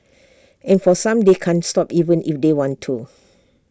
and for some they can't stop even if they want to